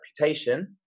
reputation